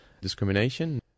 discrimination